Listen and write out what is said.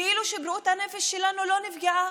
כאילו שבריאות הנפש שלנו לא נפגעה,